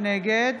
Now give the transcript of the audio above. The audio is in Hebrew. נגד